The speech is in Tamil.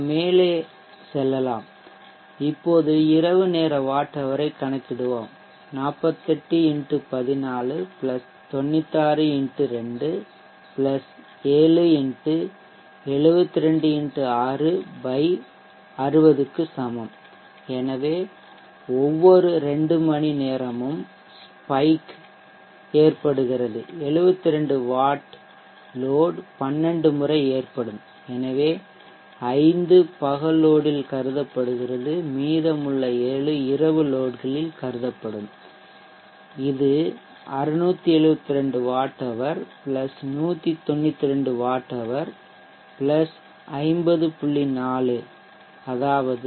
நாம் மேலே செல்லலாம் இப்போது இரவுநேர வாட் ஹவரை கணக்கிடுவோம் 7 x 60 க்கு சமம் எனவே ஒவ்வொரு 2 மணி நேரமும் ஸ்பைக் 72 வாட் லோட் 12 முறை ஏற்படும் எனவே 5 பகல் லோட் இல் கருதப்படுகிறது மீதமுள்ள 7 இரவு லோட்களில் கருதப்படும் இது 672 வாட் ஹவர் 192 வாட் ஹவர் 50